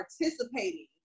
participating